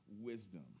wisdom